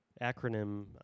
acronym